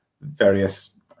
various